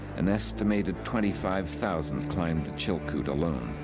an estimated twenty five thousand climbed the chilkoot alone.